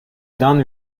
done